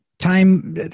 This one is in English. time